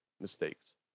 mistakes